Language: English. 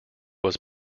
was